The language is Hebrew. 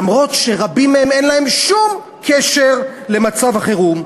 אף שרבים מהם אין להם שום קשר למצב החירום.